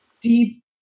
deep